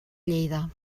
lleida